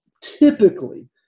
typically